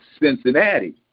Cincinnati